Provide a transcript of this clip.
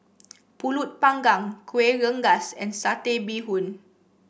pulut Panggang Kueh Rengas and Satay Bee Hoon